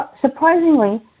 Surprisingly